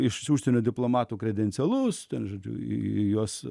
išsiųsime diplomatų kredencialus žodžiu į juos